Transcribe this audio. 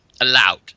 allowed